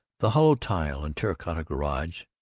the hollow-tile and terra-cotta garage,